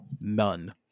None